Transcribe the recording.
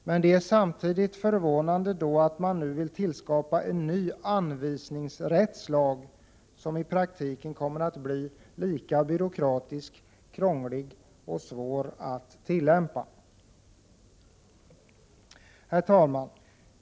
Men det är samtidigt förvånande att man nu vill skapa en ny anvisningsrättslag som i praktiken kommer att bli lika byråkratisk, krånglig och svår att tillämpa. Herr talman!